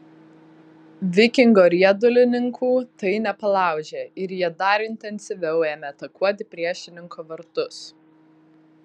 vikingo riedulininkų tai nepalaužė ir jie dar intensyviau ėmė atakuoti priešininko vartus